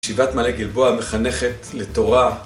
ישיבת מעלה גלבוע מחנכת לתורה.